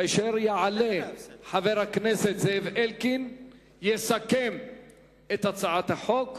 כאשר יעלה חבר הכנסת זאב אלקין ויסכם את הצעת החוק.